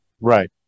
right